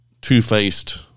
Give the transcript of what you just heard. two-faced